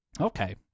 Okay